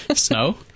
Snow